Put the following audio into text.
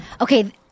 Okay